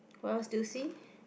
what else do you see